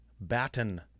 Batten